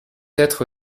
être